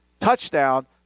touchdown